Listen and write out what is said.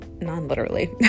non-literally